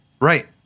Right